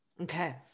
Okay